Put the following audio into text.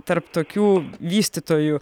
tarp tokių vystytojų